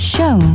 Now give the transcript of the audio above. Show